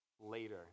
later